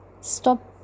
Stop